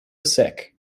sick